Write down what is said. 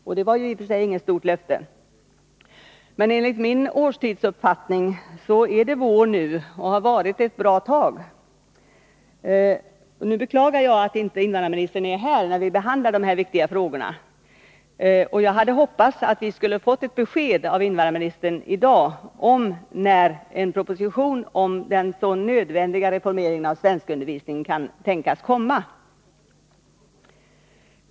Och det var ju i och för sig inget stort löfte. Men enligt min årstidsuppfattning är det vår nu och har varit det ett bra tag. Jag beklagar att inte invandrarministern är här när vi behandlar dessa viktiga frågor. Jag hade hoppats att vi skulle ha fått ett besked av invandrarministern i dag om när en proposition om den så nödvändiga reformeringen av svenskundervisningen kan tänkas komma.